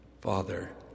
Father